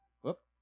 Whoop